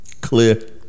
Clear